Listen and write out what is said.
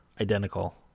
identical